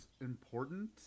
important